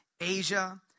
Asia